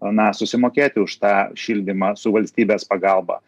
na susimokėti už tą šildymą su valstybės pagalba